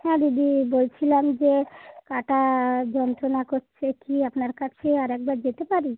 হ্যাঁ দিদি বলছিলাম যে কাটা যন্ত্রণা করছেকি আপনার কাছে আর একবার যেতে পারি